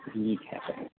کیا کریں